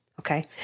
Okay